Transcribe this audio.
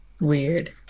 Weird